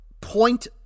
point